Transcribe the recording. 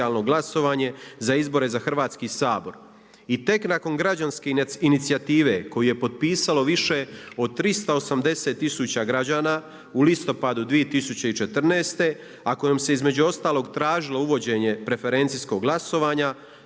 za izbore za Hrvatski sabor i tek nakon građanske inicijative koju je potpisalo više od 380 tisuća građana u listopadu 2014. a kojom se između ostalog tražilo uvođenje preferencijskog glasovanja,